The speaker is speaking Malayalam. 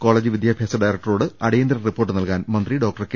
കോളജ് വിദ്യാഭ്യാസ ഡയറക്ടറോട് അടിയന്തിര റിപ്പോർട്ട് നൽകാൻ മന്ത്രി ഡോക്ടർ കെ